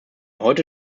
heute